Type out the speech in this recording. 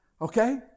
Okay